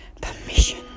permission